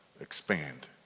expand